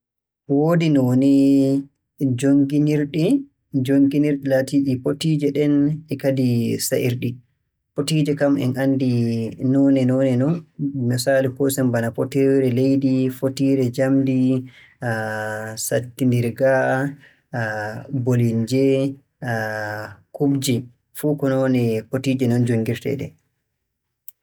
Woodi noone jonnginirɗe, jonnginirɗe laatiiɗe potiije ɗen kadi sa'irɗi. Potiije kam en anndi noone-noone non, misaalu koosen bana potiire leydi, potiire njamndi, sattinirga, bolimje, kubje fuu ko loone potiije non jonngirteeɗe.